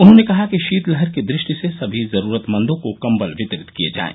उन्होंने कहा कि शीतलहर की दृष्टि से सभी जरूरतमंदों को कम्बल वितरित किये जायें